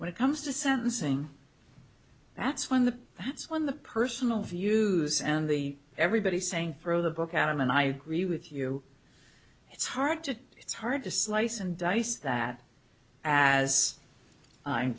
when it comes to sentencing that's when the that's when the personal views and the everybody saying throw the book at him and i agree with you it's hard to it's hard to slice and dice that as i'm